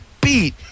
Beat